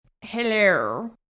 Hello